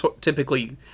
typically